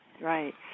Right